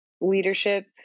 leadership